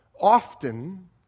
often